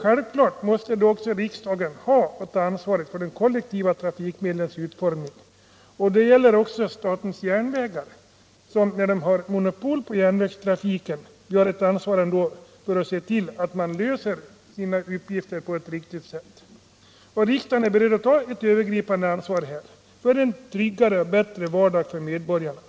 Självfallet måste då riksdagen ha ett ansvar för de kollektiva trafikmedlens utformning. Detta gäller också statens järnvägar. Statens järn vägar har monopol och måste därför se till att lösa sina uppgifter på ett riktigt sätt. Riksdagen är beredd att ta ett övergripande ansvar för en rikare och bättre vardag för medborgarna.